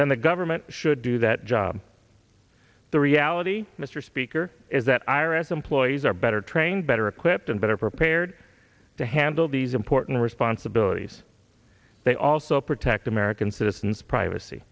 then the government should do that job the reality mr speaker is that ira's employees are better trained better equipped and better prepared to handle these important responsibilities they also protect american citizens